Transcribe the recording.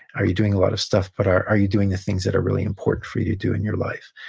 are you doing a lot of stuff, but are are you doing the things that are really important for you to do in your life?